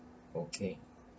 okay